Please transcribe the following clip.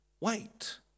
wait